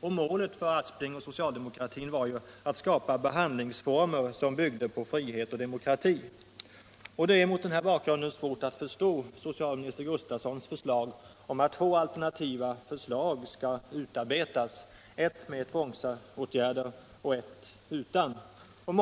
Målet för herr Aspling och socialdemokratin var att skapa behandlingsformer som byggde på frihet och demokrati. Det är mot den här bakgrunden svårt att förstå socialminister Gustavssons förslag att två alternativa förslag skall utarbetas, ett med och ett utan tvångsåtgärder.